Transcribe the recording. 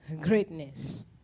greatness